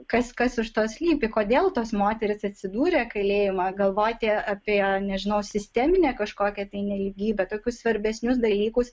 kas kas iš to slypi kodėl tos moterys atsidūrė kalėjime galvoti apie nežinau sisteminę kažkokią nelygybę tokius svarbesnius dalykus